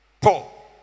Paul